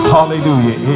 Hallelujah